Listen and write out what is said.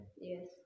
Yes